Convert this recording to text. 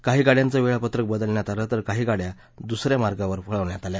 काही गाड्यांचं वेळापत्रक बदलण्यात आलं तर काही गाङ्या दुस या मार्गावर वळवण्यात आल्या